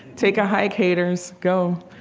take a hike, haters. go.